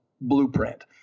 blueprint